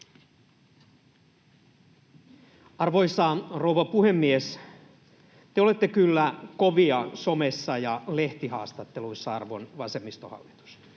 Arvoisa rouva puhemies! Te olette kyllä kovia somessa ja lehtihaastatteluissa, arvon vasemmistohallitus,